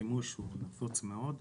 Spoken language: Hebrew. השימוש הוא נפוץ מאוד.